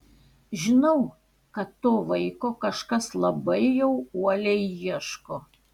žinau kad to vaiko kažkas labai jau uoliai ieško